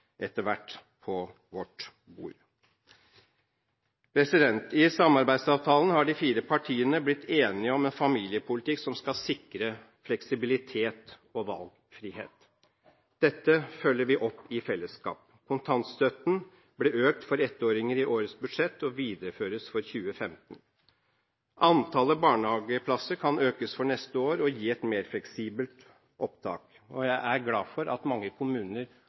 etter hvert får Scheel-utvalgets rapport på vårt bord. I samarbeidsavtalen har de fire partiene blitt enige om en familiepolitikk som skal sikre fleksibilitet og valgfrihet. Dette følger vi opp i fellesskap. Kontantstøtten ble økt for ettåringer i årets budsjett og videreføres for 2015. Antallet barnehageplasser kan økes for neste år og gi et mer fleksibelt opptak. Jeg er glad for at mange kommuner